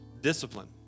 discipline